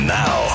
now